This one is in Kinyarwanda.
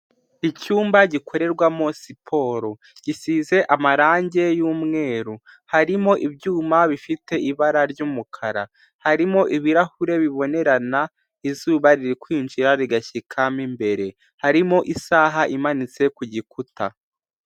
Icyumba gikorerwamo siporo, gisize amarange y'umweru, harimo ibyuma bifite ibara ry'umukara, harimo ibirahure bibonerana, izuba riri kwinjira rigashyika mo imbere, harimo isaha imanitse ku gikuta.